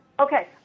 okay